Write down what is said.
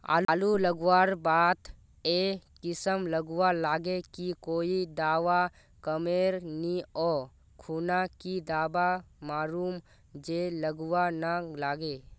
आलू लगवार बात ए किसम गलवा लागे की कोई दावा कमेर नि ओ खुना की दावा मारूम जे गलवा ना लागे?